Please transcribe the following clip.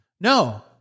No